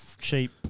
cheap